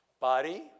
body